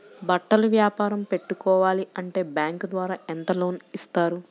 బట్టలు వ్యాపారం పెట్టుకోవాలి అంటే బ్యాంకు ద్వారా ఎంత లోన్ ఇస్తారు?